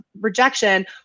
rejection